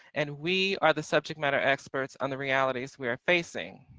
and we are the subject-matter experts on the realities we are facing.